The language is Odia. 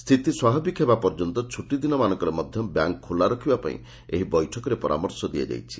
ସ୍ଥିତି ସ୍ୱାଭାବିକ ହେବା ପର୍ଯ୍ୟନ୍ତ ଛୁଟିଦିନ ମାନଙ୍କରେ ମଧ୍ଧ ବ୍ୟାଙ୍କ୍ ଖୋଲା ରଖିବା ପାଇଁ ଏହି ବୈଠକରେ ପରାମର୍ଶ ଦିଆଯାଇଛି